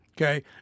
okay